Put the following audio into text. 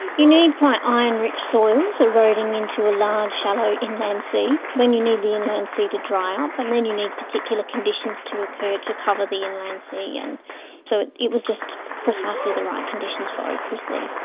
you need quite iron-rich soils eroding into a large shallow inland sea, then you need the inland sea to dry up, and then you need particular conditions to occur to cover the inland sea. and so it it was just precisely the right conditions for opals there.